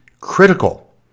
critical